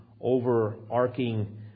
overarching